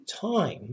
time